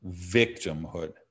victimhood